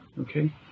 okay